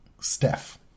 Steph